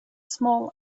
small